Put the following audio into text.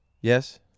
Yes